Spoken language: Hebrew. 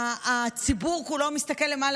הציבור כולו מסתכל למעלה,